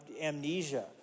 amnesia